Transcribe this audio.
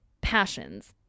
passions